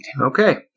okay